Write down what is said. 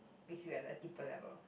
with you at a deeper level